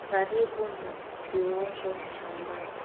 karibu na kiungo cha maji.